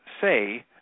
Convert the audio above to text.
say